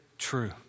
true